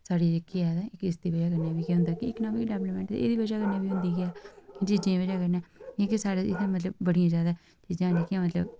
साढ़े जेह्के है'न ते इसदी बजह कन्नै केह् होंदा की इकोनॉमिक डेवल्पमेंट एह्दी बजह कन्नै बी होंदी ऐ चीज़ें दी बजह कन्नै जेह्की साढ़े इत्थें बड़ियां जादै चीज़ां न मतलब जेह्ड़ियां इत्थें